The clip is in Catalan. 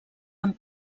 amb